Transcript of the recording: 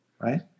right